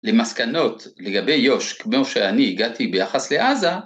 למסקנות לגבי יושק כמו שאני הגעתי ביחס לעזה